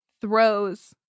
throws